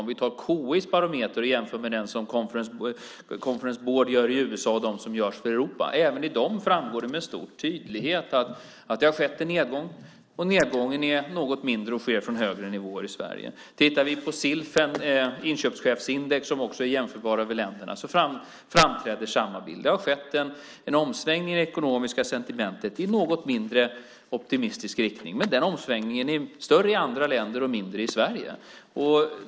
Vi kan ta KI:s barometer och jämför med den som Conference Board gör i USA och med dem som görs för Europa. Även i dem framgår det med stor tydlighet att det har skett en nedgång och att nedgången är något mindre och sker från högre nivåer i Sverige. Tittar vi på Silfs inköpschefsindex, som också är jämförbara för länderna, framträder samma bild. Det har skett en omsvängning i det ekonomiska sentimentet i något mindre optimistisk riktning, men den omsvängningen är större i andra länder och mindre i Sverige.